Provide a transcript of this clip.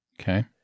Okay